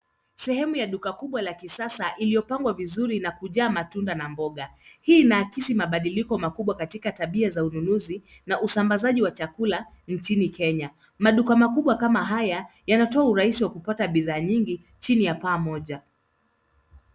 Sehemu ya duka kubwa la kisasa iliyopangwa vizuri na kujaa matunda na mboga. Hii inaakisi mabadiliko makubwa katika tabia za ununuzi na usambazaji wa chakula nchini Kenya. Maduka makubwa kama haya yanatoa urahisi wa kupata bidhaa nyingi chini ya paa moja.